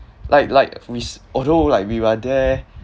like like wes although like we were there